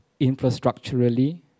infrastructurally